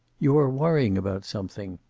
you are worrying about something.